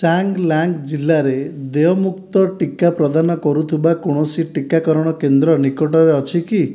ଚାଙ୍ଗ୍ଲାଙ୍ଗ୍ ଜିଲ୍ଲାରେ ଦେୟମୁକ୍ତ ଟିକା ପ୍ରଦାନ କରୁଥିବା କୌଣସି ଟିକାକରଣ କେନ୍ଦ୍ର ନିକଟରେ ଅଛି କି